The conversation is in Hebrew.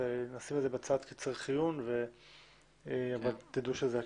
נשים את זה בצד בצריך עיון אבל תדעו שזה הכיוון.